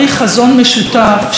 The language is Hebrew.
לא לאויבים שלנו.